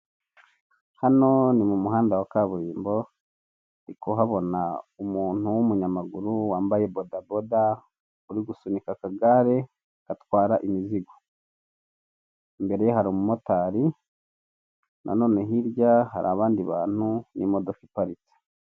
Hano ni umuhanda wa kaburimbo ndikuhabona umuntu w'umunyamaguru wambaye bodaboda uri gusunika akagare gatwara imizigo. Imbere ye hari umumotari, nanone hirya hari abandi bantu aho imodoka iparitse.